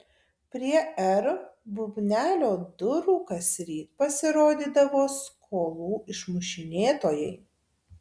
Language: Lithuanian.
prie r bubnelio durų kasryt pasirodydavo skolų išmušinėtojai